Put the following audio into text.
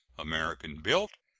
american built,